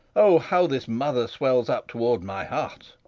o, how this mother swells up toward my heart!